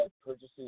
purchasing